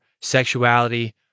sexuality